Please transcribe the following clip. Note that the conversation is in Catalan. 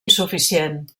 insuficient